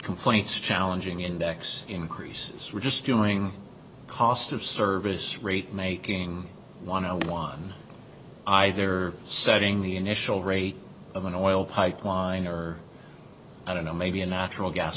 complaints challenging index increases were just during cost of service rate making law no one either setting the initial rate of an oil pipeline or i don't know maybe a natural gas